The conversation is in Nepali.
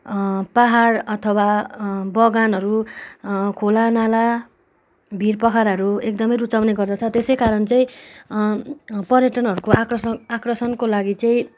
पाहाड अथवा बगानहरू खोलानाला भिर पहराहरू एकदमै रुचाउने गर्दछ त्यसै कारण चाहिँ पर्यटनहरूको आकर्षण आकर्षणको लागि चाहिँ